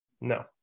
No